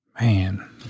man